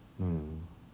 no no no